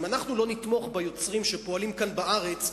אם אנחנו לא נתמוך ביוצרים שפועלים כאן בארץ,